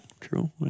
true